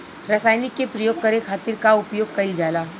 रसायनिक के प्रयोग करे खातिर का उपयोग कईल जाला?